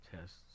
tests